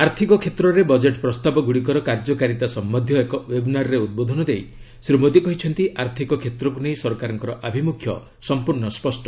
ଆର୍ଥିକ କ୍ଷେତ୍ରରେ ବଜେଟ୍ ପ୍ରସ୍ତାବଗୁଡ଼ିକର କାର୍ଯ୍ୟକାରିତା ସମ୍ପନ୍ଧୀୟ ଏକ ଓ୍ପେବ୍ନାର୍ରେ ଉଦ୍ବୋଧନ ଦେଇ ଶ୍ରୀ ମୋଦୀ କହିଛନ୍ତି ଆର୍ଥିକ କ୍ଷେତ୍ରକୁ ନେଇ ସରକାରଙ୍କ ଅଭିମୁଖ୍ୟ ସମ୍ପୂର୍ଣ୍ଣ ସ୍ୱଷ୍ଟ